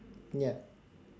ya